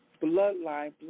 bloodline